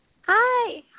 Hi